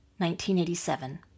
1987